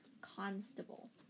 Constable